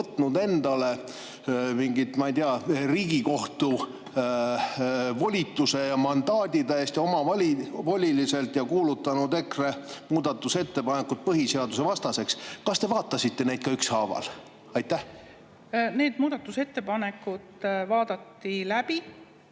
võtnud endale mingi, ma ei tea, nagu Riigikohtu volituse ja mandaadi, täiesti omavoliliselt, ja kuulutanud EKRE muudatusettepanekud põhiseadusvastaseks. Kas te vaatasite neid ükshaaval? Need muudatusettepanekud vaadati läbi.